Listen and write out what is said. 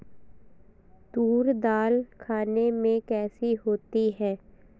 तूर दाल खाने में कैसी होती है?